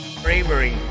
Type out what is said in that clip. Bravery